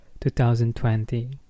2020